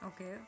Okay